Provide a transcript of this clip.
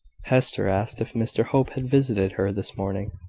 hester asked if mr hope had visited her this morning.